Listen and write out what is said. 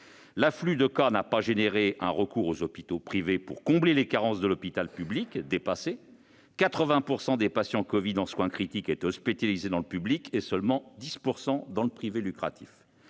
L'afflux de cas n'a pas entraîné un recours aux hôpitaux privés pour combler les carences de l'hôpital public, qui était dépassé : 80 % des patients covid en soin critiques étaient hospitalisés dans le public et seulement 10 % dans le privé lucratif.